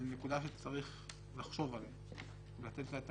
זו נקודה שצריך לחשוב עליה, לתת לה את